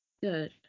Good